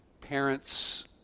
parents